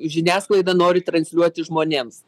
žiniasklaida nori transliuoti žmonėms